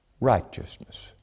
righteousness